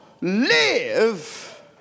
live